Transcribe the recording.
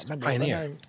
pioneer